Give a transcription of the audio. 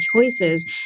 choices